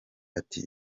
ati